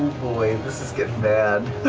boy, this is getting bad.